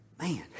man